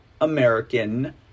American